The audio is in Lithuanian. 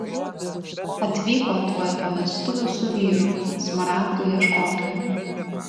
atvyko tuoj po vestuvių su vyru smaragdų ieškotoju